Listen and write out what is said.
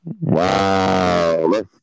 Wow